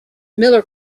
miller